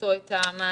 למצוא את המענה.